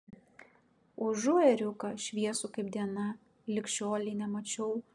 užu ėriuką šviesų kaip diena lig šiolei nemačiau